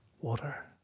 water